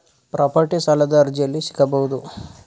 Property ಸಾಲದ ಅರ್ಜಿ ಎಲ್ಲಿ ಸಿಗಬಹುದು?